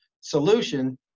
solution